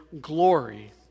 glory